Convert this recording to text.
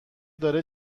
داره